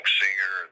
singer